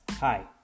Hi